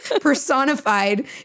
personified